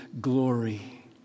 glory